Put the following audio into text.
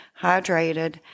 hydrated